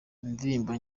indirimbo